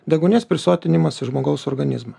deguonies prisotinimas į žmogaus organizmą